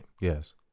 Yes